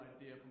idea